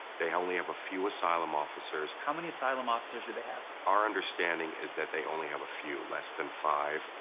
they only have a few asylum officers. how many asylum officers do they have? our understanding is that they only have a few, less than five.